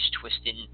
twisted